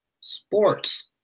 sports